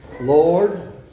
Lord